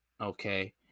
okay